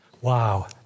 Wow